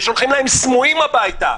ושולחים להם סמויים הביתה.